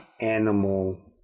animal